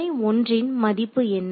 முனை 1 ன் மதிப்பு என்ன